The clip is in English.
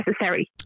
necessary